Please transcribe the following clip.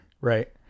Right